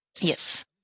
yes